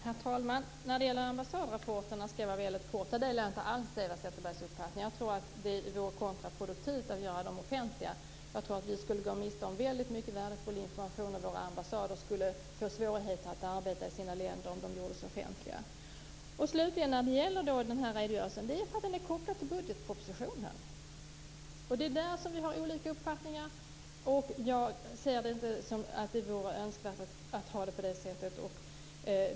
Herr talman! När det gäller ambassadrapporterna skall jag fatta mig väldigt kort. Jag delar inte alls Eva Zetterbergs uppfattning. Jag tror att det vore kontraproduktivt att göra dem offentliga. Vi skulle gå miste om väldigt mycket värdefull information och våra ambassader skulle få svårigheter med att arbeta i sina länder om de gjordes offentliga. Slutligen om redogörelsen. Den är kopplad till budgetpropositionen. Där har vi olika uppfattningar. Jag ser det inte som önskvärt att ha det på det sättet.